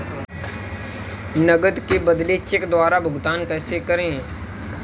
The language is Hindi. नकद के बदले चेक द्वारा भुगतान कैसे करें?